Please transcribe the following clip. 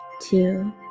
two